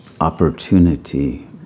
opportunity